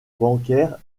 bancaires